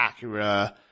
Acura